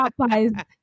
Popeyes